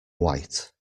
white